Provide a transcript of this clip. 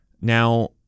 Now